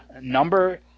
number